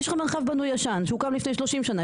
יש לך מרחב בנוי ישן שהוקם לפני 30 שנה,